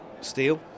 steel